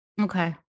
Okay